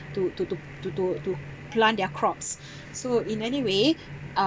to to to to to to plant their crops so in any way